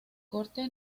corte